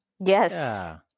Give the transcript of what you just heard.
Yes